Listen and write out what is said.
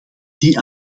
die